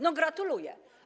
No gratuluję.